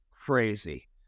crazy